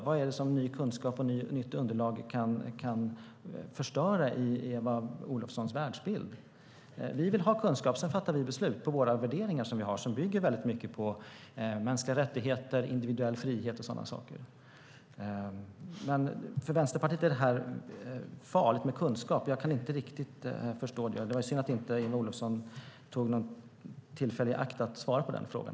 Vad är det som ny kunskap och nytt underlag kan förstöra i Eva Olofssons världsbild? Vi vill ha kunskap. Sedan fattar vi beslut utifrån de värderingar vi har och som bygger på mänskliga rättigheter, individuell frihet och sådant. För Vänsterpartiet är det tydligen farligt med kunskap. Jag kan inte riktigt förstå det. Det var synd att Eva Olofsson inte tog tillfället i akt att svara på den frågan.